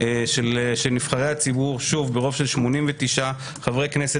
של נבחרי הציבור ברוב של 89 חברי כנסת